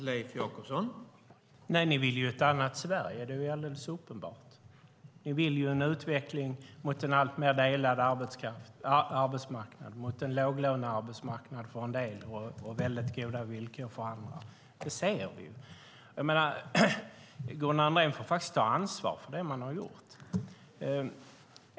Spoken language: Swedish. Herr talman! Nej, ni vill ha ett annat Sverige. Det är alldeles uppenbart. Ni vill ha en utveckling mot en alltmer delad arbetsmarknad och mot en låglönearbetsmarknad för en del och väldigt goda villkor för andra. Det ser vi ju. Gunnar Andrén får faktiskt ta ansvar för det man har gjort.